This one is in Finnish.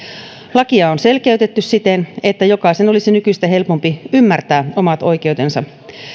lakia on selkeytetty siten että jokaisen olisi nykyistä helpompi ymmärtää omat oikeutensa